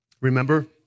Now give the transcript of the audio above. Remember